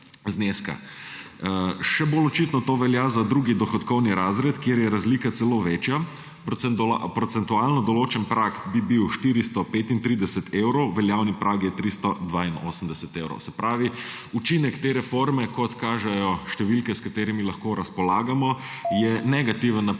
zneska. Še bolj očitno to velja za drugi dohodkovni razred, kjer je razlika celo večja, procentualno določen prag bi bil 435 evrov, veljavni prag je 382 evrov. Se pravi, učinek te reforme, kot kažejo številke, s katerimi lahko razpolagamo, je negativen na